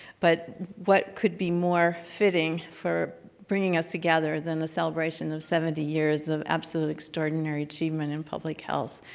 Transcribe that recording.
but what could be more fitting for bringing us together than the celebration of seventy years of absolute extraordinary achievement in public health.